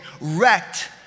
wrecked